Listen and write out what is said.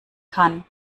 kann